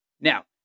Now